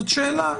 זאת שאלה.